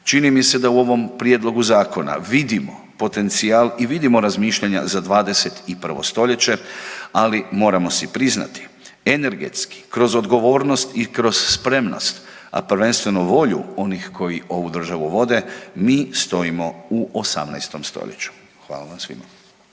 Čini mi se da u ovom prijedlogu zakona vidimo potencijal i vidimo razmišljanja za 21. stoljeće, ali moramo si priznati energetski kroz odgovornost i kroz spremnost, a prvenstveno volju onih koji državu vode mi stojimo u 18. stoljeću. Hvala vam svima.